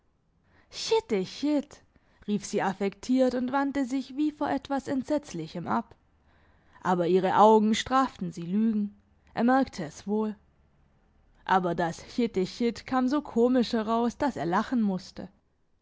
rief sie affektiert und wandte sich wie vor etwas entsetzlichem ab aber ihre augen straften sie lügen er merkte es wohl aber das gitt e gitt kam so komisch heraus dass er lachen musste